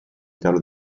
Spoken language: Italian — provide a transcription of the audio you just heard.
calo